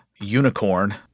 unicorn